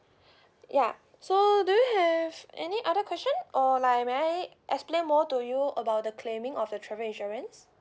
ya so do you have any other question or like may I explain more to you about the claiming of your travel insurance